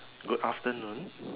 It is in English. good afternoon